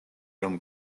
რომ